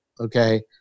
Okay